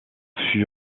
fut